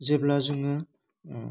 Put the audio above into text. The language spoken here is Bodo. जेब्ला जोङो ओह